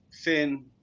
thin